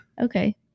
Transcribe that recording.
Okay